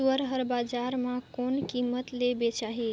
सुअर हर बजार मां कोन कीमत ले बेचाही?